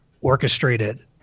orchestrated